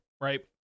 right